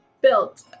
built